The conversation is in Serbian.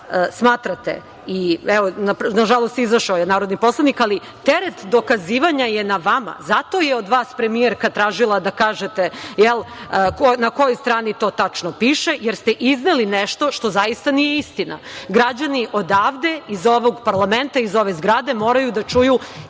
smatrate, evo, nažalost, izašao je narodni poslanik, teret dokazivanja je na vama, zato je od vas premijerka tražila da kažete, na kojoj strani to tačno piše, jer ste izneli nešto što zaista nije istina. Građani odavde, iz ovog parlamenta, iz ove zgrade moraju da čuju